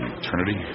eternity